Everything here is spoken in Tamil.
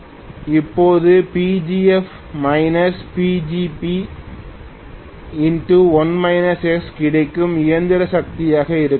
இப்போது Pgf Pgb கிடைக்கும் இயந்திர சக்தியாக இருக்கும்